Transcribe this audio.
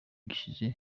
gishize